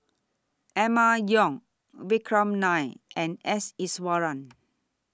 Emma Yong Vikram Nair and S Iswaran